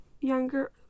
younger